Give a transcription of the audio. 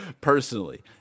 personally